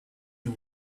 you